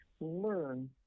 learn